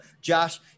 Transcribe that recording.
Josh